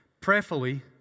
prayerfully